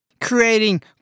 creating